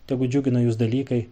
tegu džiugina jus dalykai